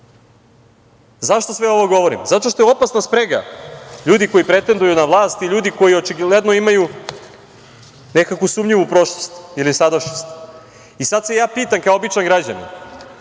sve ovo govorim? Zato što je opasna sprega ljudi koji pretenduju na vlast i ljudi koji očigledno imaju nekakvu sumnjivu prošlost ili sadašnjost. I sada se ja pitam kao običan građanin,